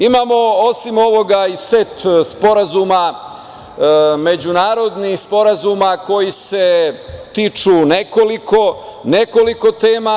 Imamo osim ovoga i set sporazuma, međunarodnih sporazuma koji se tiču nekoliko tema.